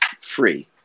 free